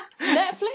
Netflix